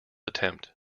attempt